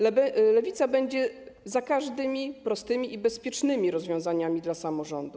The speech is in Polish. Lewica będzie za każdymi prostymi i bezpiecznymi rozwiązaniami dla samorządu.